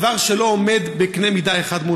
והדבר לא עולה בקנה אחד.